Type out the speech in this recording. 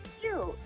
cute